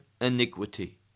iniquity